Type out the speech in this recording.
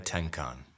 Tenkan